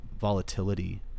volatility